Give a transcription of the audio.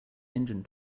engine